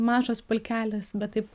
mažas pulkelis bet taip